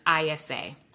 ISA